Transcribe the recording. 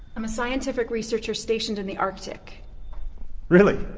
i'm a scientific researcher stationed in the arctic really?